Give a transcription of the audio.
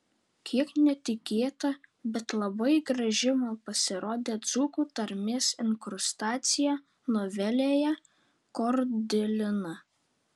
kiek netikėta bet labai graži man pasirodė dzūkų tarmės inkrustacija novelėje kordilina